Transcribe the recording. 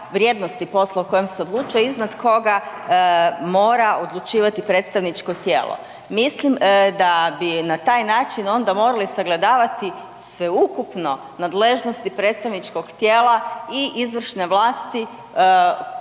vrijednosti posla o kojeg se odlučuje iznad koga mora odlučivati predstavničko tijelo. Mislim da bi na taj način onda morali sagledavati sveukupno nadležnosti predstavničkog tijela i izvršne vlasti